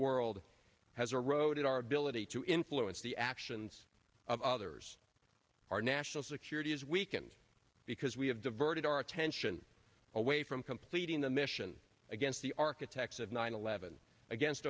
world has eroded our ability to influence the actions of others our national security is weakened because we have diverted our attention away from completing the mission against the architects of nine eleven against